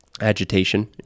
agitation